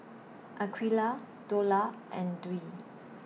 Aqeelah Dollah and Dwi